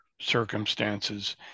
circumstances